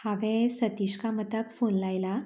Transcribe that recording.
हांवें सतीश कामताक फोन लायला